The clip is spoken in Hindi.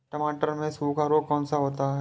टमाटर में सूखा रोग कौन सा होता है?